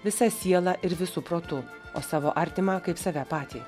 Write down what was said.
visa siela ir visu protu o savo artimą kaip save patį